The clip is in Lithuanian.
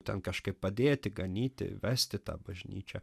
ten kažkaip padėti ganyti vesti tą bažnyčią